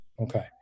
Okay